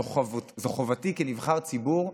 זו חובתי כנבחר ציבור,